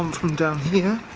from down here